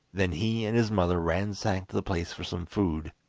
then he and his mother ransacked the place for some food,